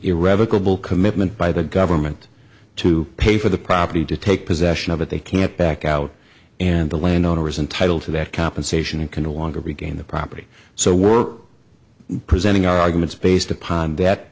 irrevocable commitment by the government to pay for the property to take possession of it they can't back out and the land owner is entitled to that compensation and can no longer regain the property so we're presenting arguments based upon that